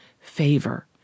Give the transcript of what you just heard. favor